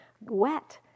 wet